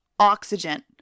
oxygen